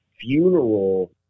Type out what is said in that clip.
funeral